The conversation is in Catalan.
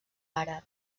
àrab